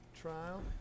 trial